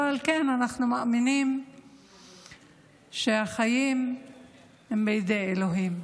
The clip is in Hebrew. אבל כן, אנחנו מאמינים שהחיים הם בידי אלוהים.